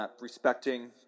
respecting